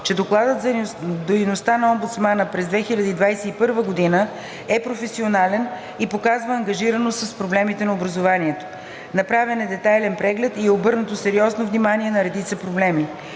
че Докладът за дейността на омбудсмана през 2021 г. е професионален и показва ангажираност с проблемите на образованието. Направен е детайлен преглед и е обърнато сериозно внимание на редица проблеми.